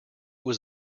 was